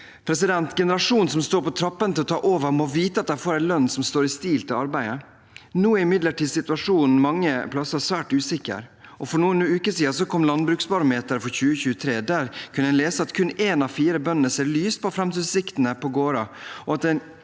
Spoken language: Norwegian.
trygghet. Generasjonen som står på trappene til å ta over, må vite at de får en lønn som står i stil med arbeidet. Nå er imidlertid situasjonen mange plasser svært usikker. For noen uker siden kom landbruksbarometeret for 2023. Der kunne en lese at kun én av fire bønder ser lyst på framtidsutsiktene på gården,